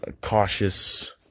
cautious